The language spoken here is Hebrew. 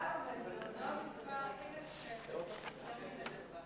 זוהי המצווה הכי נחשבת, יותר מהנדבה.